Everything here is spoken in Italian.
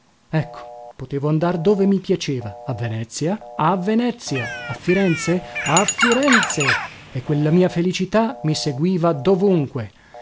ecco potevo andare dove mi piaceva a venezia a venezia a firenze a firenze e quella mia felicità mi seguiva dovunque